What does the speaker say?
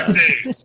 days